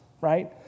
right